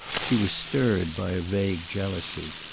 she was stirred by vague jealousy.